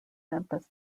memphis